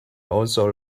also